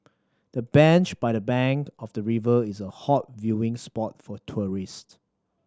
the bench by the bank of the river is a hot viewing spot for tourist